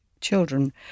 children